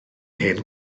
hen